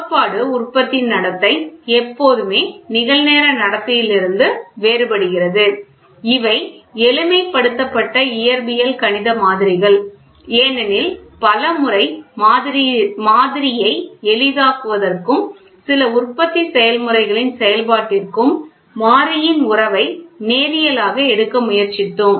கோட்பாடு உற்பத்தி நடத்தை எப்போதுமே நிகழ்நேர நடத்தையிலிருந்து வேறுபடுகிறது இவை எளிமைப்படுத்தப்பட்ட இயற்பியல் கணித மாதிரிகள் ஏனெனில் பல முறை மாதிரியை எளிதாக்குவதற்கும் சில உற்பத்தி செயல்முறைகளின் செயல்பாட்டிற்கும் மாறியின் உறவை நேரியலாக எடுக்க முயற்சித்தோம்